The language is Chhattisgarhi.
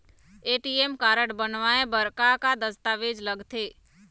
ए.टी.एम कारड बनवाए बर का का दस्तावेज लगथे?